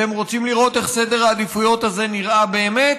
אתם רוצים לראות איך סדר העדיפויות הזה נראה באמת?